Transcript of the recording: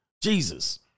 Jesus